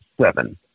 seven